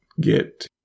get